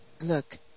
Look